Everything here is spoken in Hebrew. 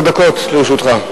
עשר דקות לרשותך.